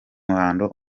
muhando